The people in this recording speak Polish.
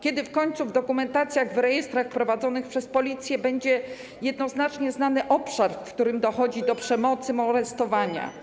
Kiedy w końcu w dokumentacjach, w rejestrach prowadzonych przez policję będzie jednoznacznie znany obszar, w którym dochodzi do przemocy, molestowania?